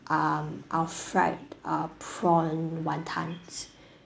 um our fried uh prawn wantons